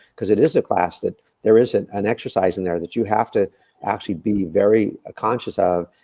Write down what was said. cause it is a class that there is an an exercise in there, that you have to actually be very conscious of.